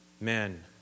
Men